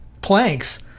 planks